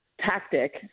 tactic